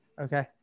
Okay